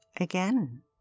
Again